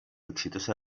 exitosa